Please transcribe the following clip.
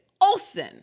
Olson